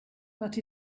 but